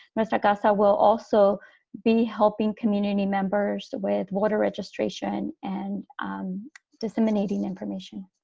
mr. casa will also be helping community members with voter registration and disseminating information